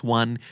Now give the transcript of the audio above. one